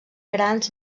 grans